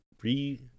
re